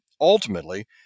ultimately